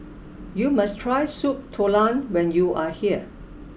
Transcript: you must try soup Tulang when you are here